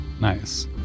Nice